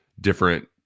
Different